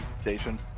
Station